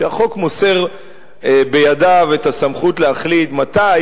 שהחוק מוסר בידיו את הסמכות להחליט מתי